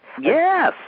Yes